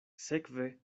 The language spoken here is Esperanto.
sekve